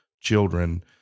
children